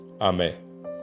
Amen